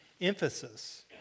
emphasis